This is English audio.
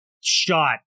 shot